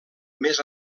més